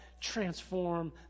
transform